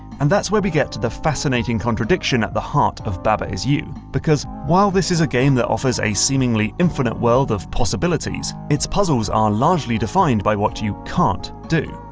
and that's where we get to the fascinating contradiction at the heart of baba is you. because while this is a game that offers a seemingly infinite world of possibilities its puzzles are largely defined by what you can't do.